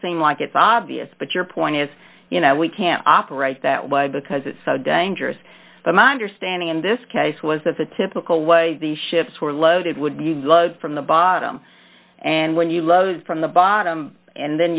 seem like it's obvious but your point is you know we can't operate that way because it's so dangerous but my understanding in this case was that the typical way these ships were loaded would you lug from the bottom and when you load from the bottom and then